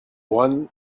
one